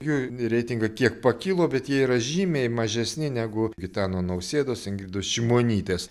jų reitingai kiek pakilo bet jie yra žymiai mažesni negu gitano nausėdos ingridos šimonytės